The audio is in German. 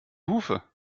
hufe